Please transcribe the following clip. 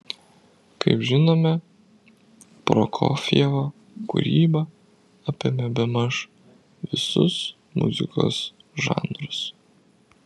kaip žinome prokofjevo kūryba apėmė bemaž visus muzikos žanrus